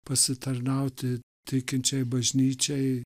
pasitarnauti tikinčiai bažnyčiai